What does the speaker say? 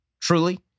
truly